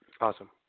Awesome